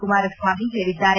ಕುಮಾರ ಸ್ವಾಮಿ ಹೇಳಿದ್ದಾರೆ